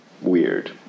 weird